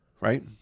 right